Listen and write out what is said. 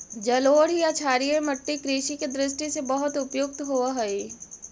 जलोढ़ या क्षारीय मट्टी कृषि के दृष्टि से बहुत उपयुक्त होवऽ हइ